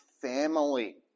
family